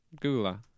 Google